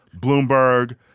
Bloomberg